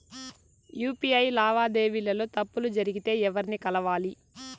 UPI లావాదేవీల లో తప్పులు జరిగితే ఎవర్ని కలవాలి?